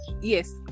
yes